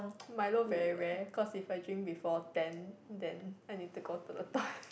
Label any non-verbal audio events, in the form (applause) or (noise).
Milo very rare cause if I drink before ten then I need to go to the toilet (breath)